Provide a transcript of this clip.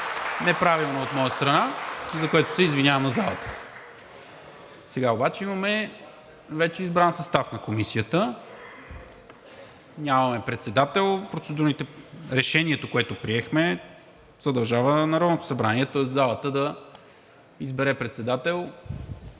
неправилно от моя страна, за което се извинявам на залата. Вече имаме избран състав на Комисията, нямаме председател. Решението, което приехме, задължава Народното събрание, тоест залата да избере председател.